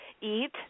eat